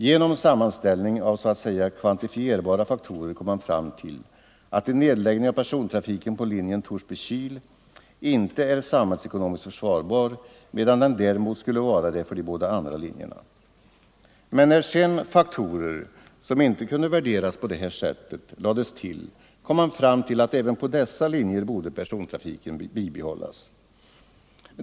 Genom sammanställning av så att säga kvantifierbara faktorer kom man fram till att en nedläggning av persontrafiken på linjen Torsby-Kil inte är samhällsekonomiskt försvarbar, medan den däremot skulle vara det för de båda andra linjerna. När sedan faktorer som inte kunde värderas på detta sätt lades till kom man fram till att persontrafiken borde bibehållas även på dessa linjer.